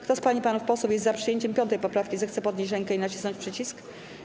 Kto z pań i panów posłów jest za przyjęciem 5. poprawki, zechce podnieść rękę i nacisnąć przycisk.